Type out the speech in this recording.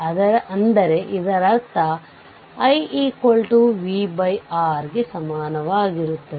18 b ಯಲ್ಲಿರುವ voltage ಮೂಲ VThevenin ಗೆ ಸಮನಾಗಿರಬೇಕು